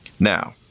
Now